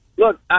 Look